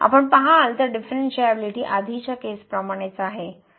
आपण पहाल तर डिफरनशिएबीलीटी आधीच्या केस प्रमाणेच आहे